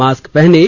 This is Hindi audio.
मास्क पहनें